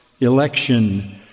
election